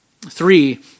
Three